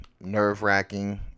nerve-wracking